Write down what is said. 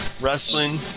Wrestling